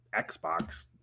Xbox